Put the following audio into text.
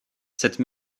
cette